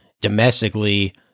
domestically